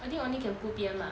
I think only can put P_M mark